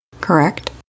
correct